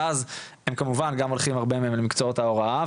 ואז הם כמובן גם הולכים הרבה למקצועות ההוראה,